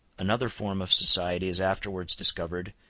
another form of society is afterwards discovered,